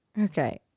Okay